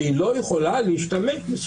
נניח העליון ואולי רק העליון,